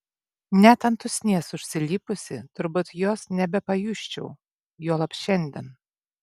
net ant usnies užsilipusi turbūt jos nebepajusčiau juolab šiandien